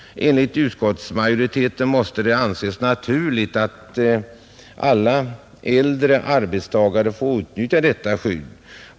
Enligt utskottsmajoriteten måste det anses naturligt att alla äldre arbetstagare får utnyttja detta skydd.